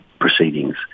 proceedings